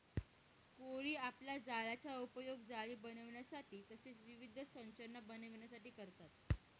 कोळी आपल्या जाळ्याचा उपयोग जाळी बनविण्यासाठी तसेच विविध संरचना बनविण्यासाठी करतात